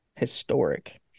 historic